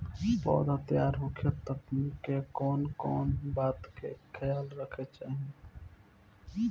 पौधा तैयार होखे तक मे कउन कउन बात के ख्याल रखे के चाही?